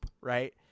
right